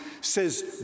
says